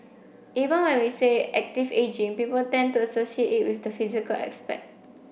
even when we say active ageing people tend to associate it with the physical aspect